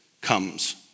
comes